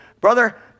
brother